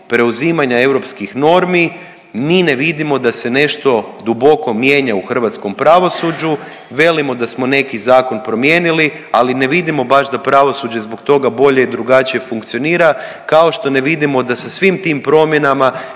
preuzimanja europskih normi mi ne vidimo da se nešto duboko mijenja u hrvatskom pravosuđu, velimo da smo neki zakon promijenili, ali ne vidimo baš da pravosuđe zbog toga bolje i drugačije funkcionira, kao što ne vidimo da sa svim tim promjenama